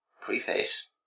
Preface